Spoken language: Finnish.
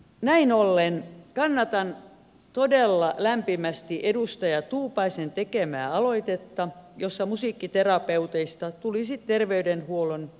näin ollen kannatan todella lämpimästi edustaja tuupaisen tekemää aloitetta jossa musiikkiterapeuteista tulisi terveydenhuollon ammattihenkilöitä